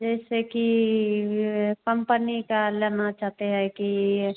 जैसे कि यह कम्पनी का लेना चाहते हैं कि यह